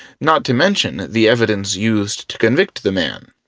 not to mention the evidence used to convict the man.